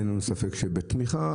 אין לנו ספק שבתמיכה,